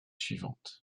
suivante